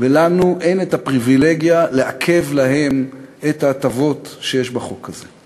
ולנו אין את הפריבילגיה לעכב להם את ההטבות שיש בחוק הזה.